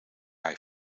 hij